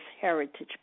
heritage